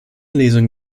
lesung